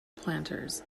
planters